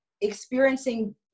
experiencing